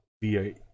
via